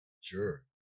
sure